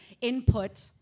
input